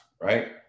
right